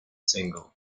single